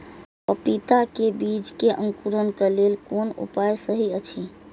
पपीता के बीज के अंकुरन क लेल कोन उपाय सहि अछि?